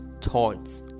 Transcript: thoughts